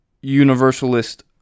universalist